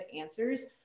answers